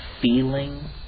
feeling